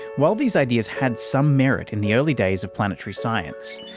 while these ideas had some merit in the early days of planetary science,